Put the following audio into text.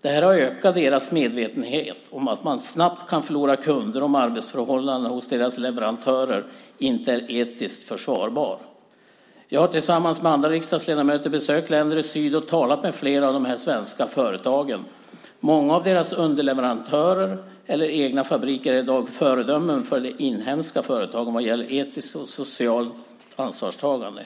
Detta har ökat deras medvetenhet om att man snabbt kan förlora kunder om arbetsförhållandena hos deras leverantörer inte är etiskt försvarbara. Jag har tillsammans med andra riksdagsledamöter besökt länder i syd och talat med flera av de svenska företagen. Många av deras underleverantörer eller egna fabriker är i dag föredömen för de inhemska företagen vad gäller etiskt och socialt ansvarstagande.